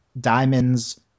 diamonds